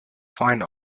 fine